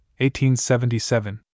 1877